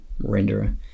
renderer